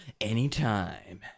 anytime